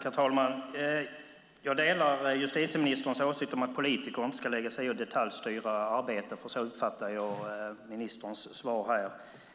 Herr talman! Jag delar justitieministerns åsikt att politiker inte ska lägga sig i och detaljstyra arbetet. Så uppfattar jag ministerns svar.